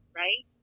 right